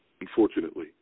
unfortunately